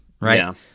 Right